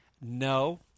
No